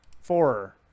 four